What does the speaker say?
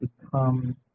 become